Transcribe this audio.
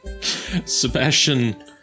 Sebastian